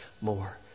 more